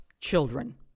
children